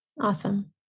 Awesome